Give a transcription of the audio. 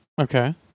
Okay